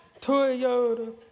Toyota